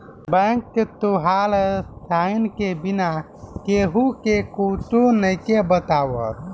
bank तोहार sign के बिना केहु के कुच्छो नइखे बतावत